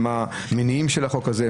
מה המניעים של החוק הזה,